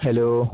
hello